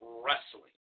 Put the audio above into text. wrestling